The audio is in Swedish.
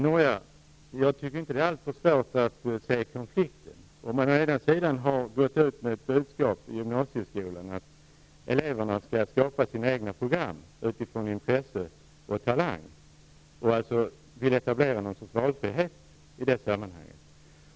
Fru talman! Jag tycker inte det är alltför svårt att se konflikten. Man har å ena sidan gått ut med ett budskap till gymnasieskolorna att eleverna skall skapa sina egna program utifrån intresse och talang och vill etablera någon sorts valfrihet i det sammanhanget.